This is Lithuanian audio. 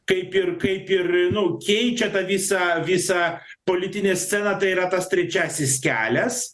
kaip ir kaip ir nu keičia visą visą politinę sceną tai yra tas trečiasis kelias